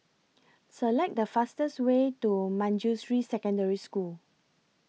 Select The fastest Way to Manjusri Secondary School